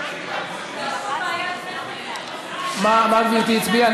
מה גברתי הצביעה?